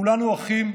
כולנו אחים,